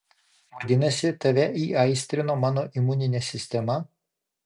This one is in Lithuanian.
vadinasi tave įaistrino mano imuninė sistema